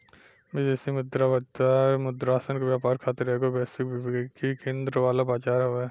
विदेशी मुद्रा बाजार मुद्रासन के व्यापार खातिर एगो वैश्विक विकेंद्रीकृत वाला बजार हवे